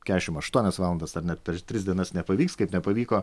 kesšim aštuonias valandas ar net per tris dienas nepavyks kaip nepavyko